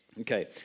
Okay